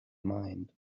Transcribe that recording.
mind